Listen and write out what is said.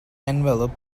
envelope